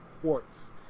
quartz